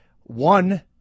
one